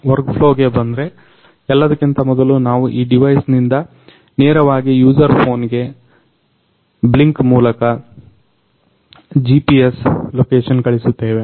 ವರ್ಕ್ಫ್ಲೋಗೆ ಬಂದ್ರೆ ಎಲ್ಲದಕ್ಕಿಂತ ಮೊದಲು ನಾವು ಈ ಡಿವೈಸ್ ನಿಂದ ನೇರವಾಗಿ ಯುಸರ್ ಫೋನ್ಗೆ Blynk ಆಪ್ ಮೂಲಕ GPS ಲೋಕೆಷನ್ ಕಳಿಸುತ್ತೇವೆ